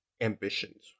ambitions